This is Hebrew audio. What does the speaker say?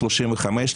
35,